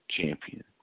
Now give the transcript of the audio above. Champion